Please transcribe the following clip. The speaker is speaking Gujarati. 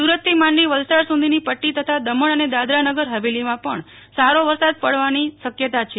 સુરતથી માંડીને વલસાડ સુધીની પટો તથા દમણ અને દાદરાનગર હવેલીમાં પણ સારો વરસાદ પડવાની શકયતા છે